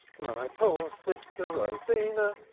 my poor sister rosina,